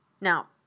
Now